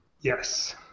Yes